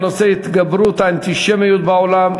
בנושא: התגברות האנטישמיות בעולם,